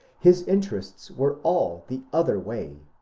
his interests were all the other way,